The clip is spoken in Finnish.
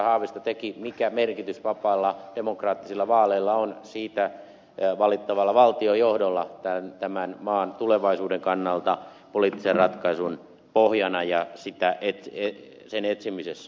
haavisto teki mikä merkitys vapailla demokraattisilla vaaleilla on niissä valittavalle valtionjohdolle tämän maan tulevaisuuden kannalta poliittisen ratkaisun pohjana ja sen etsimisessä